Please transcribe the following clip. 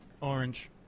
Orange